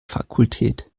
fakultät